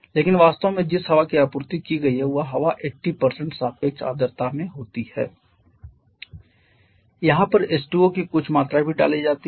लेकिन वास्तव में जिस हवा की आपूर्ति की गई है वह हवा 80 सापेक्ष आर्द्रता में होती है यहीं पर H2O की कुछ मात्रा भी डाली जाती है